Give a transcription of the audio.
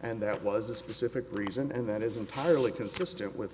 and that was a specific reason and that is entirely consistent with